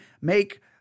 make